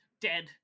Dead